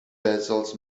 vessels